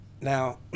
Now